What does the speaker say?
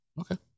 Okay